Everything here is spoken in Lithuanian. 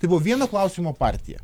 tai buvo vieno klausimo partija